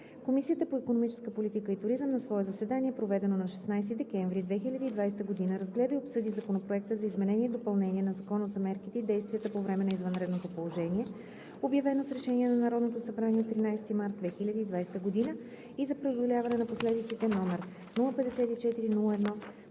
Комисията по икономическа политика и туризъм на свое заседание, проведено на 16 декември 2020 г., разгледа и обсъди Законопроект за изменение и допълнение на Закона за мерките и действията по време на извънредното положение, обявено с решение на Народното събрание от 13 март 2020 г., и за преодоляване на последиците, № 054-01-118.